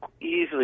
easily